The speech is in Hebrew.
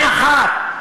אין אחת.